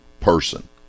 person